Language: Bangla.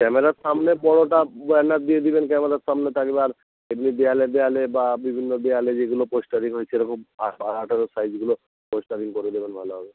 ক্যামেরার সামনে কোনোটা ব্যানার দিয়ে দিবেন ক্যামেরার সামনে থাকবে আর এমনি দেয়ালে দেয়ালে বা বিভিন্ন দেয়ালে যেগুলো পোস্টারিং হয় সেরকম আর বারো হাতের সাইজগুলো পোস্টারিং করে দেবেন ভালো হবে